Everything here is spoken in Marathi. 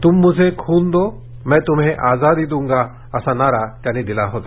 तूम मुझे खून दो मै तूम्हे आझादी दूंगाअसा नारा त्यांनी दिला होता